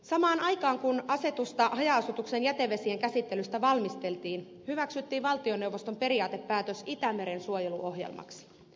samaan aikaan kun asetusta haja asutuksen jätevesien käsittelystä valmisteltiin hyväksyttiin valtioneuvoston periaatepäätös itämeren suojeluohjelmaksi